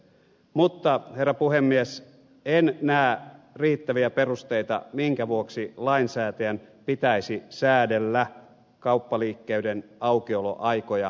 mutta herra puhemies en näe riittäviä perusteita minkä vuoksi lainsäätäjän pitäisi säädellä kauppaliikkeiden aukioloaikoja